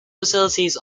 facilities